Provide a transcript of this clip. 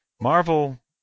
Marvel